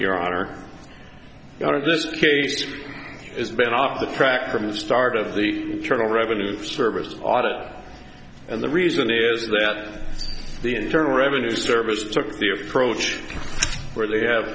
honor out of this case it's been off the track from the start of the internal revenue service audit and the reason is that the internal revenue service took the approach where they have